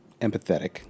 empathetic